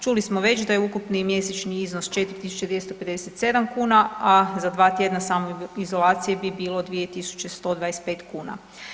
Čuli smo već da je ukupni mjesečni iznos 4257 kn a za 2 tj. u samoizolaciji bi bilo 2125 kuna.